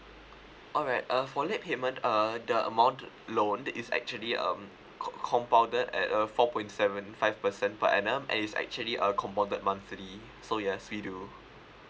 alright uh for late payment err the amount loaned is actually um com compounded at a four point seven five percent per annum and is actually uh compounded monthly so ya so we do